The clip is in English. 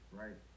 right